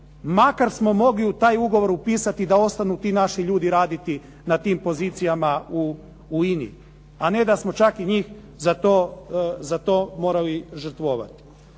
Makar smo mogli u taj ugovor upisati da ostanu ti naši ljudi raditi na tim pozicijama u INA-i, a ne čak da smo i njih za to morali žrtvovati.